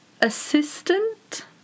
assistant